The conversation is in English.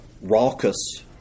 raucous